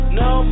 no